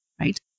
right